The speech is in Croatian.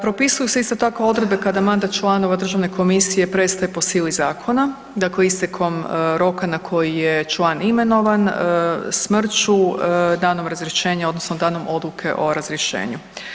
Propisuju se isto tako odredbe kada mandat članova državne komisije prestaje po sili zakona, dakle istekom roka na koji je član imenovan, smrću, danom razrješenja odnosno danom odluke o razrješenju.